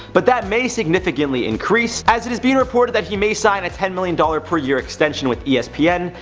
but that may significantly increase, as it is being reported that he may sign a ten million dollar per year extension with yeah espn,